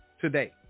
today